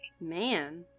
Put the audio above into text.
Man